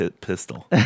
pistol